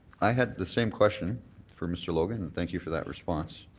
i had the same question for mr. logan and thank you for that response.